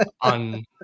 on